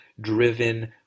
driven